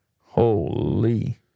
Holy